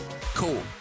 Cool